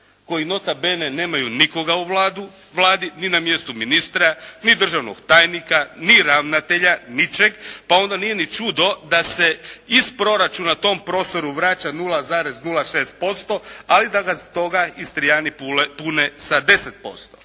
koji nota bene nemaju nikoga u Vladi, ni na mjestu ministra, ni državnog tajnika, ni ravnatelja, ničeg, pa onda nije ni čudo da se iz proračuna tom prostoru vraća 0,06%, ali da ga stoga Istrijani pune sa 10%.